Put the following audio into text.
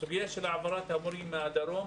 הסוגיה של העברת המורים מהדרום,